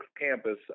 campus